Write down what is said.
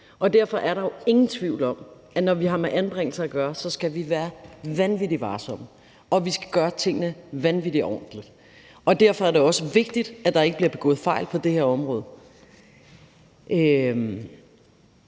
Derfor er der jo ingen tvivl om, at når vi har med anbringelse at gøre, skal vi være vanvittig varsomme, og vi skal gøre tingene vanvittig ordentligt. Derfor er det også vigtigt, at der ikke bliver begået fejl på det her område. Det,